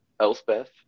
Elspeth